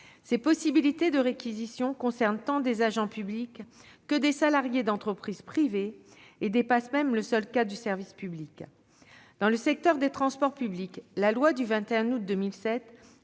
Ces possibilités de réquisition concernent tant des agents publics que des salariés d'entreprises privées, et dépassent même le seul cas du service public. Dans le secteur des transports publics, la loi du 21 août 2007